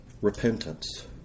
repentance